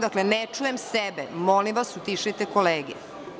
Dakle ne čujem sebe, molim vas utišajte kolege.